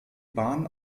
bahn